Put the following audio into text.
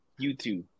YouTube